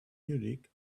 munich